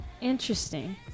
Interesting